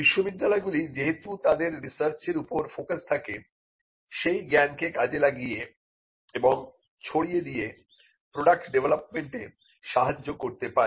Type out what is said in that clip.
বিশ্ববিদ্যালয়গুলি যেহেতু তাদের রিসার্চের উপর ফোকাস থাকে সেই জ্ঞানকে কাজে লাগিয়ে এবং ছড়িয়ে দিয়ে প্রোডাক্ট ডেভেলপমেন্টে সাহায্য করতে পারে